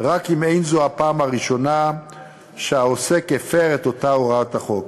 רק אם אין זו הפעם הראשונה שהעוסק הפר את אותה הוראת חוק.